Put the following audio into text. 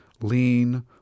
Lean